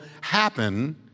happen